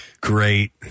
great